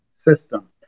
system